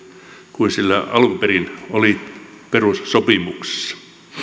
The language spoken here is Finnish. kuin sillä alun perin oli perussopimuksessa